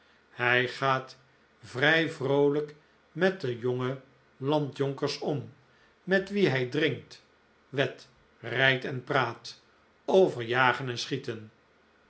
hij gaat vrij vroolijk met de jonge landjonkers om met wie hij drinkt wedt rijdt en praat over jagen en schieten